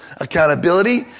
accountability